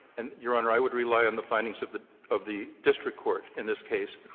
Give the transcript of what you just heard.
and, your honor, i would rely on the findings of the of the district court in this case.